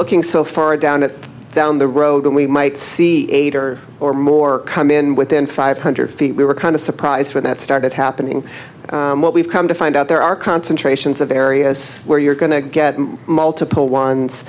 looking so far down that down the road we might see eight or or more come in within five hundred feet we were kind of surprised when that started happening what we've come to find out there are concentrations of areas where you're going to get multiple ones